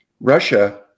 russia